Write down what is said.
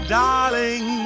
darling